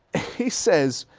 he says,